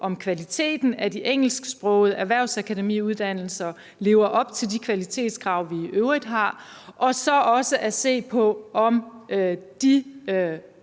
om kvaliteten af de engelsksprogede erhvervsakademiuddannelser lever op til de kvalitetskrav, vi i øvrigt har, og så for det andet at se på, om de vandrende